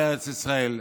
לארץ ישראל.